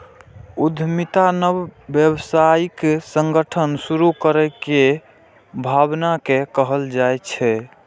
उद्यमिता नव व्यावसायिक संगठन शुरू करै के भावना कें कहल जाइ छै